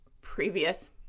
previous